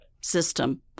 System